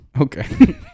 okay